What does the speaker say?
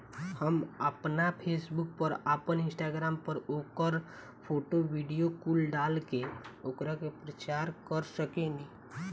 हम आपना फेसबुक पर, आपन इंस्टाग्राम पर ओकर फोटो, वीडीओ कुल डाल के ओकरा के प्रचार कर सकेनी